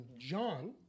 John